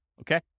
Okay